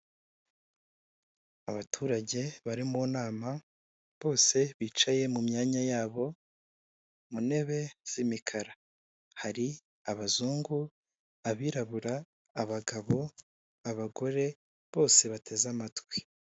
Abaturage bari mu nama bose bicaye mu myanya yabo mu ntebe z'imikara, hari abazungu, abirabura, abagabo, abagore bose bateze amatwi.